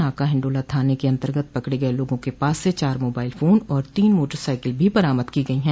नाका हिंडोला थाने के अन्तर्गत पकड़े गये लोगों के पास से चार मोबाइल फोन और तीन मोटरसाइकिल भी बरामद की गई है